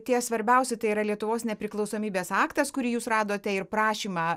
tie svarbiausi tai yra lietuvos nepriklausomybės aktas kurį jūs radote ir prašymą